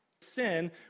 sin